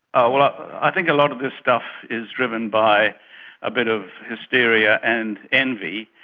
oh well i think a lot of this stuff is driven by a bit of hysteria and envy,